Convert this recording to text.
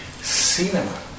cinema